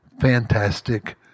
fantastic